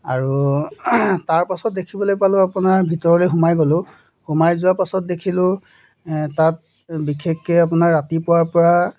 আৰু তাৰ পাছত দেখিবলৈ পালোঁ আপোনাৰ ভিতৰলে সোমাই গ'লোঁ সোমাই যোৱাৰ পাছত দেখিলোঁ তাত বিশেষকৈ আপোনাৰ ৰাতিপুৱাৰ পৰা